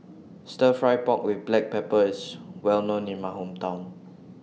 Stir Fry Pork with Black Pepper IS Well known in My Hometown